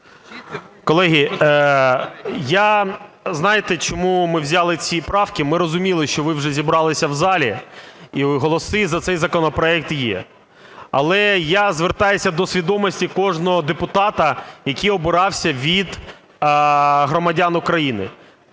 Колеги, знаєте, чому ми взяли ці правки? Ми розуміли, що ви вже зібралися в залі і голоси за цей законопроект є. Але я звертаюся до свідомості кожного депутата, який обирався від громадян України,